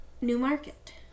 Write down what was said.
Newmarket